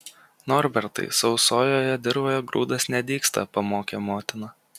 norbertai sausojoje dirvoje grūdas nedygsta pamokė motina